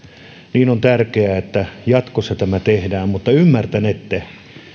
niin on tärkeää että jatkossa tämä tehdään mutta ymmärtänette